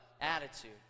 Attitude